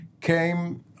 came